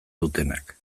dutenak